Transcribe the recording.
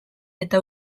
eta